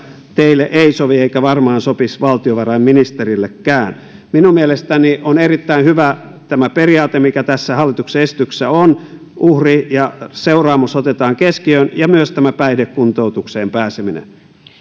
teille ei sovi eikä varmaan sopisi valtiovarainministerillekään minun mielestäni on erittäin hyvä tämä periaate mikä tässä hallituksen esityksessä on uhri ja seuraamus otetaan keskiöön ja myös tämä päihdekuntoutukseen pääseminen